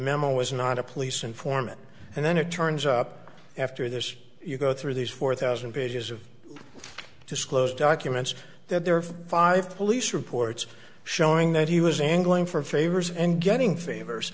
memo was not a police informant and then it turns up after this you go through these four thousand pages of disclosed documents that there were five police reports showing that he was angling for favors and getting favors